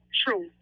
true